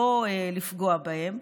לא לפגוע בהם,